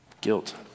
guilt